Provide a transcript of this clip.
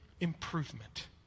improvement